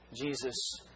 Jesus